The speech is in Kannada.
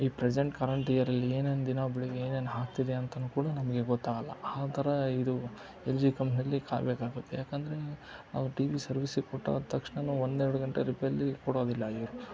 ಈ ಪ್ರೆಸೆಂಟ್ ಕರಂಟ್ ಇಯರಲ್ಲಿ ಏನೇನು ದಿನ ಬೆಳಿಗ್ಗೆ ಏನೇನು ಆಗ್ತಿದೆ ಅಂತನೂ ಕೂಡ ನಮಗೆ ಗೊತ್ತಾಗೋಲ್ಲ ಆ ಥರ ಇದು ಎಲ್ ಜಿ ಕಂಪ್ನ್ಯಲ್ಲಿ ಕಾಯಬೇಕಾಗುತ್ತೆ ಯಾಕಂದರೆ ಅವ್ರು ಟಿ ವಿ ಸರ್ವೀಸಿಗೆ ಕೊಟ್ಟಾದ ತಕ್ಷ್ಣನೂ ಒಂದೆರಡು ಗಂಟೆ ರಿಪೇಲ್ಲಿಗೆ ಕೊಡೋದಿಲ್ಲ ಇವ್ರು